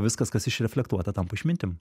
viskas kas išreflektuota tampa išmintim